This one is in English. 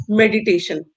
meditation